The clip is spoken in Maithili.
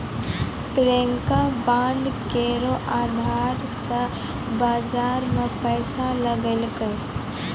प्रियंका बांड केरो अधार से बाजार मे पैसा लगैलकै